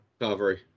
Carvery